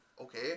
okay